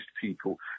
people